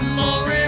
more